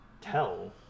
tell